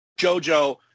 Jojo